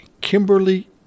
Kimberly